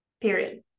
period